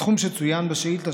הסכום שצוין בשאילתה,